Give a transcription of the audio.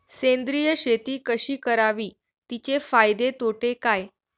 सेंद्रिय शेती कशी करावी? तिचे फायदे तोटे काय?